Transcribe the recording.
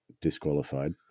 disqualified